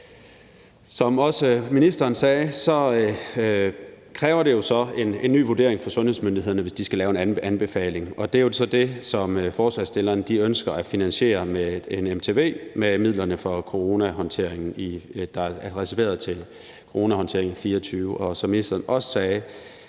Som også ministeren sagde, kræver det en ny vurdering fra sundhedsmyndighederne, hvis de skal lave en anbefaling, og det er så det, forslagsstillerne ønsker at finansiere med et MTV med midlerne, der er reserveret til coronahåndtering i 2024.